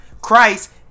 Christ